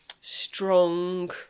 strong